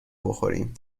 بخوریم